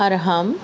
ارحم